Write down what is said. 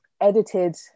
edited